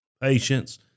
patience